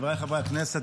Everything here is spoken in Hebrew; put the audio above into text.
חבריי חברי הכנסת,